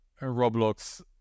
Roblox